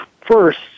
first